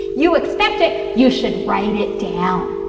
you expect it, you should write it down.